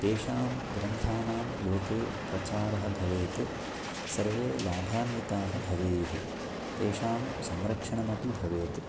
तेषां ग्रन्थानां लोके प्रचारः भवेत् सर्वे लाभान्विताः भवेयुः तेषां संरक्षणमपि भवेत्